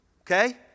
Okay